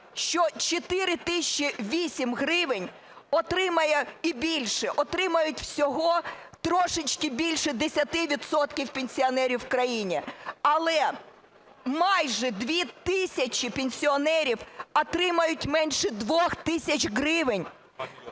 що 4 тисячі 8 гривень і більше отримають всього трошечки більше 10 відсотків пенсіонерів в країні. Але майже 2 тисячі пенсіонерів отримають менше 2 тисяч гривень.